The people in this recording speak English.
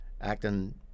acting